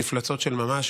מפלצות של ממש,